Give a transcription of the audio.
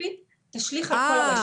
הספציפי תשליך על כל הרשת.